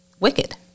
Wicked